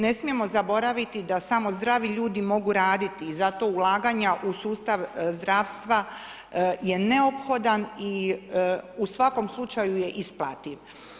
Ne smijemo zaboraviti da samo zdravi ljudi mogu raditi i zato ulaganja u sustav zdravstva je neophodan i u svakom slučaju je isplativ.